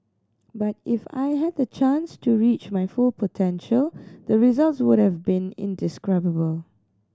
but if I had the chance to reach my full potential the results would have been indescribable